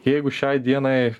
jeigu šiai dienai